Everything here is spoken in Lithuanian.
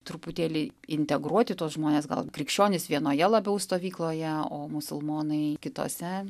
truputėlį integruoti tuos žmones gal krikščionys vienoje labiau stovykloje o musulmonai kitose